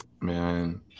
man